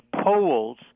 polls